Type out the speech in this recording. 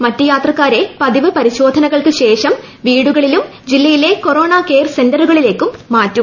മറ്റു യാത്രക്കാരെ പതിവ് പരിശോധനകൾക്കു ശേഷം വീടുകളിലും ജില്ലയിലെ കൊറോണ കെയർ സെന്ററുകളിലേക്കും മാറ്റും